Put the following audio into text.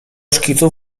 szkicu